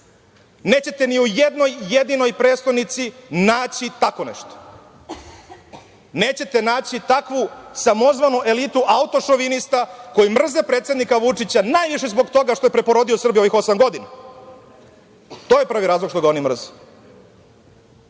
Nećete ni u jednoj jedinoj prestonici naći tako nešto. Nećete naći takvu samozvanu elitu auto-šovinista koji mrze predsednika Vučića najviše zbog toga što je preporodio Srbiju ovih osam godina. To je prvi razlog što ga oni mrze. Da